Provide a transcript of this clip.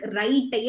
right